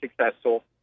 successful